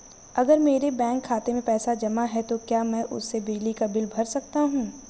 अगर मेरे बैंक खाते में पैसे जमा है तो क्या मैं उसे बिजली का बिल भर सकता हूं?